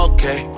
Okay